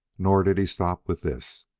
nor did he stop with this.